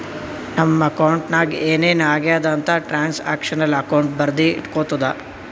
ನಮ್ ಅಕೌಂಟ್ ನಾಗ್ ಏನ್ ಏನ್ ಆಗ್ಯಾದ ಅಂತ್ ಟ್ರಾನ್ಸ್ಅಕ್ಷನಲ್ ಅಕೌಂಟ್ ಬರ್ದಿ ಇಟ್ಗೋತುದ